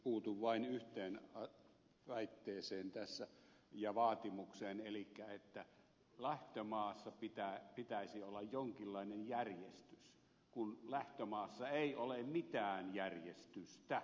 puutun vain yhteen väitteeseen ja vaatimukseen tässä elikkä siihen että lähtömaassa pitäisi olla jonkinlainen järjestys kun lähtömaassa ei ole mitään järjestystä